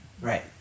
right